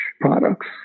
products